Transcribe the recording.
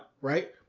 Right